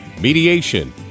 mediation